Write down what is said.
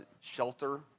shelter